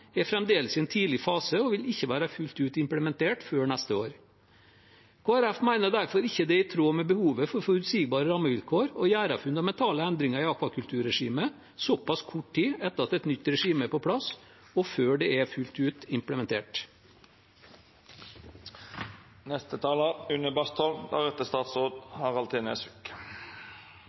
er fremdeles i en tidlig fase og vil ikke være fullt ut implementert før neste år. Kristelig Folkeparti mener derfor det ikke er i tråd med behovet for forutsigbare rammevilkår å gjøre fundamentale endringer i akvakulturregimet såpass kort tid etter at et nytt regime er på plass, og før det er fullt ut implementert.